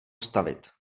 stavit